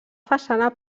façana